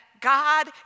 God